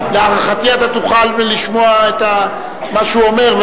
להערכתי אתה תוכל לשמוע מה שהוא אומר.